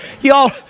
Y'all